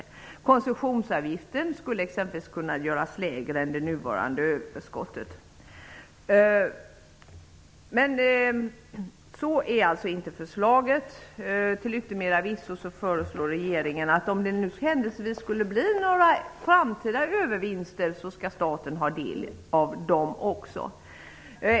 Koncessionsavgiften skulle exempelvis kunna bli lägre. Men det föreslås alltså inte, och till yttermera visso föreslår regeringen att om det händelsevis skulle bli några framtida övervinster skall staten få del av dem.